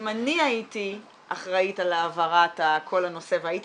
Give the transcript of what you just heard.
אם אני הייתי אחראית על העברת כל הנושא והייתי